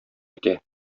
итә